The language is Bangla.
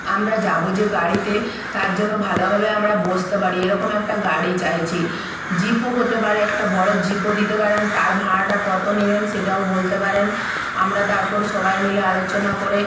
আমরা যাব যে গাড়িতে তার জন্য ভালোভাবে আমরা বসতে পারি এরকম একটা গাড়ি চাইছি জিপও হতে পারে একটা বড়ো জিপও দিতে পারেন তার ভাঁড়াটা কত নিবেন সেটাও বলতে পারেন আমরা তারপর সবাই মিলে আলোচনা করে